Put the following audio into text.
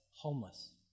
homeless